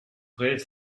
vrai